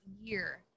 year